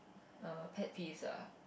err pet peeves ah